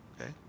Okay